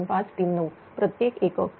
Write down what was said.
0072539 प्रत्येक एकक